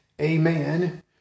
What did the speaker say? Amen